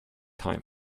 time